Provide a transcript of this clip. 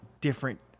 different